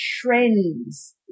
trends